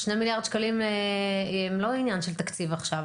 שני מיליארד שקלים הם לא עניין של תקציב עכשיו.